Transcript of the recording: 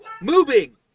moving